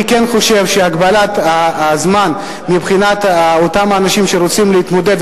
אני כן חושב שהגבלת הזמן מבחינת אותם האנשים שרוצים להתמודד,